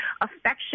affection